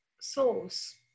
source